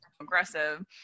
aggressive